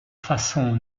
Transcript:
façon